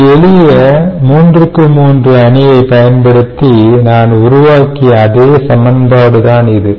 ஒரு எளிய 3 x 3 அணியைப் பயன்படுத்தி நான் உருவாக்கிய அதே சமன்பாடு தான் இது